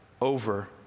over